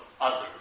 others